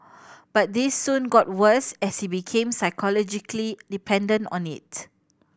but this soon got worse as he became psychologically dependent on it